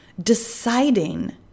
Deciding